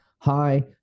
Hi